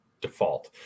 default